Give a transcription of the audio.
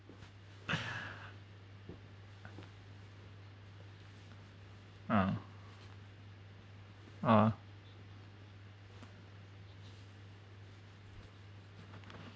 uh uh